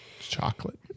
chocolate